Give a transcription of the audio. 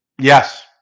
Yes